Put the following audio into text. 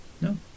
no